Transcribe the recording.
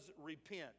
repent